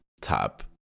top